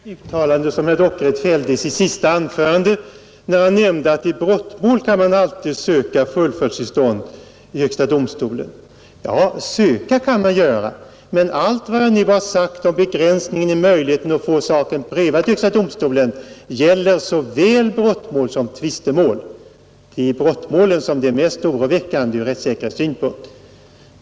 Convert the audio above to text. Herr talman! Jag vill gärna förtydliga ett uttalande som herr Dockered fällde i sitt senaste anförande, när han nämnde att man i brottmål alltid kan söka fullföljdstillstånd i högsta domstolen. Ja, söka kan man göra, men allt vad jag nu har sagt om begränsningen i möjligheten att få saken prövad i högsta domstolen gäller såväl brottmål som tvistemål. Det är i fråga om brottmålen som det är mest oroväckande ur rättssäkerhetssynpunkt.